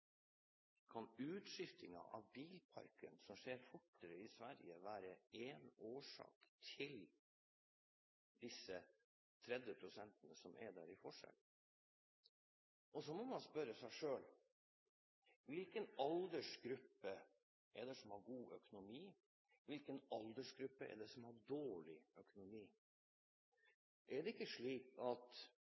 av årsakene til den 30 pst. forskjellen? Så må man spørre seg selv: Hvilken aldersgruppe er det som har god økonomi? Hvilken aldersgruppe er det som har dårlig økonomi? Er det ikke slik at